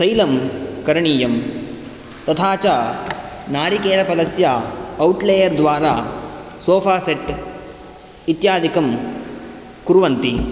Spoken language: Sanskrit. तैलं करणीयं तथा च नारिकेलफलस्य औट्लेयर् द्वारा सोफ़ासेट् इत्यादिकं कुर्वन्ति